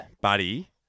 Buddy